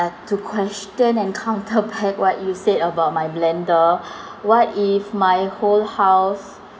to question and counter back what you said about my blender what if my whole house